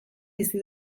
bizi